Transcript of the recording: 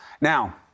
Now